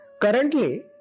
Currently